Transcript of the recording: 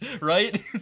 right